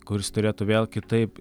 kuris turėtų vėl kitaip